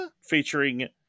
featuring